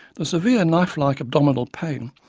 the severe, knifelike abdominal pain,